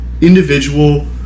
individual